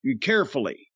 carefully